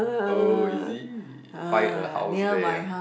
oh is it buy a house there